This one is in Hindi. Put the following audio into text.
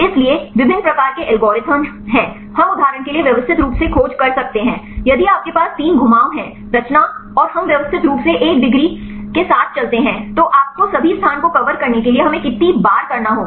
इसलिए विभिन्न प्रकार के एल्गोरिदम हैं हम उदाहरण के लिए व्यवस्थित रूप से खोज कर सकते हैं यदि आपके पास 3 घुमाव हैं रचना और हम व्यवस्थित रूप से एक डिग्री के साथ चलते हैं तो आपको सभी स्थान को कवर करने के लिए हमें कितनी बार करना होगा